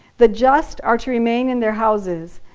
the just are to remain in their houses,